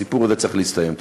הסיפור זה צריך להסתיים.